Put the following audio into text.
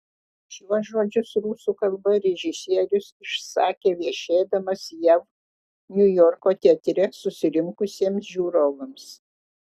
šiuos žodžius rusų kalba režisierius išsakė viešėdamas jav niujorko teatre susirinkusiems žiūrovams